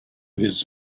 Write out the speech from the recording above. his